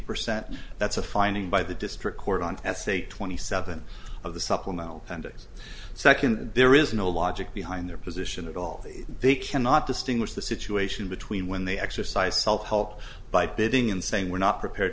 percent that's a finding by the district court on s a twenty seven of the supplemental and second there is no logic behind their position at all they cannot distinguish the situation between when they exercise self help by bidding and saying we're not prepared